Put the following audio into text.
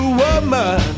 woman